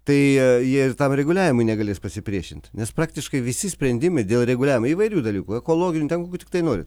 tai jie ir tam reguliavimui negalės pasipriešint nes praktiškai visi sprendimai dėl reguliavimo įvairių dalykų ekologinių te kokių tiktai nori